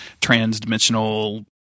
trans-dimensional